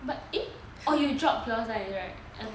but eh oh you drop pure science already right